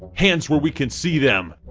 hands where we can see them!